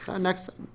Next